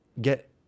get